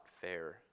fair